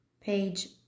page